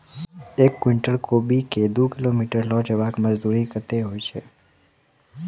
एक कुनटल कोबी केँ दु किलोमीटर लऽ जेबाक मजदूरी कत्ते होइ छै?